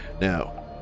Now